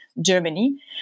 Germany